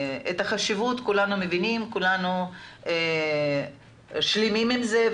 את החשיבות כולנו מבינים, כולנו שלמים עם זה.